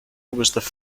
maintain